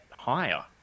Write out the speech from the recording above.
higher